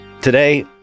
Today